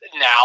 now